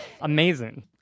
amazing